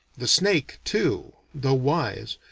the snake too, though wise,